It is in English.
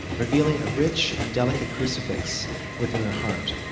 revealing a rich and delicate crucifix within a heart,